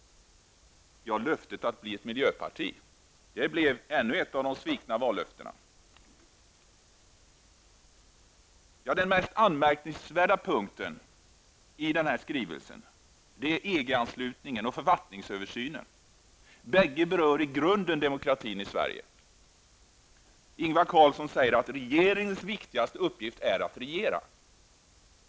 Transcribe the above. Löftet att bli ett miljöparti blev ännu ett av de svikna vallöftena. Den mest anmärkningsvärda punkten i denna skrivelse är EG-anslutningen och författningsöversynen. Bägge berör i grunden demokratin i Sverige. Ingvar Carlsson säger att regeringens viktigaste uppgift är att regera.